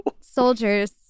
soldiers